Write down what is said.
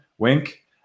Wink